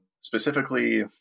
specifically